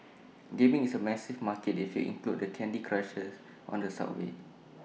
gaming is A massive market if you include the candy Crushers on the subway